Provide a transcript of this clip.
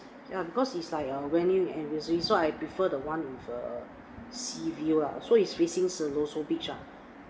ya because it's like a venue and recently so I prefer the one with a sea view ah so is facing siloso beach ah